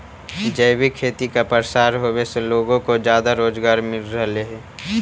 जैविक खेती का प्रसार होवे से लोगों को ज्यादा रोजगार मिल रहलई हे